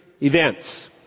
events